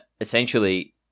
essentially